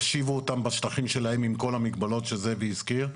ישיבו אותם בשטחים שלהם עם כל המגבלות שזאב הזכיר,